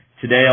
Today